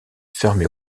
fermée